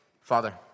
Father